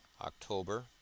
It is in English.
October